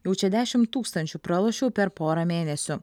jau čia dešim tūkstančių pralošiau per porą mėnesių